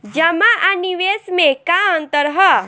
जमा आ निवेश में का अंतर ह?